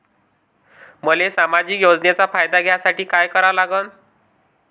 मले सामाजिक योजनेचा फायदा घ्यासाठी काय करा लागन?